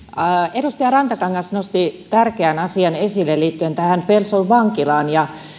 edustaja rantakangas nosti esille tärkeän asian liittyen pelson vankilaan ja